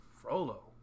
Frollo